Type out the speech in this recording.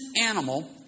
animal